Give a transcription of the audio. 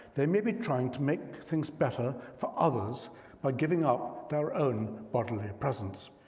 they may be trying to make things better for others by giving up their own bodily presence.